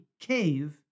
Cave